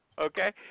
okay